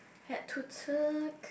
had to tuck